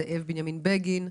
זאב בנימין בגין,